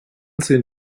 sind